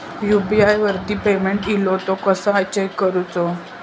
UPI वरती payment इलो तो कसो चेक करुचो?